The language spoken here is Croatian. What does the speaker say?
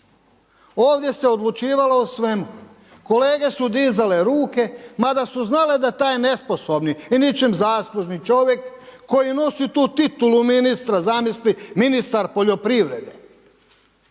Ovdje se odlučivalo o svemu. Kolege su dizale ruke mada su znale da je taj nesposobni i ničim zaslužni čovjek koji nosi tu titulu ministra zamisli, ministar poljoprivrede.